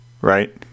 right